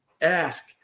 Ask